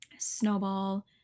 snowball